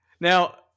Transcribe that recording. Now